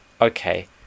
okay